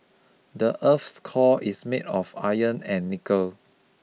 the earth's core is made of iron and nickel